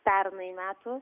pernai metų